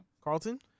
Carlton